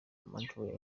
montreal